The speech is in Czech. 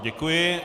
Děkuji.